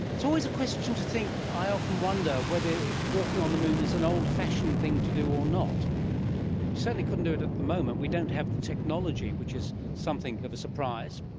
it's always a question to think, i often wonder, whether walking on the moon is an old-fashioned thing to do or not. you certainly couldn't do it at the moment, we don't have the technology, which is something of a surprise.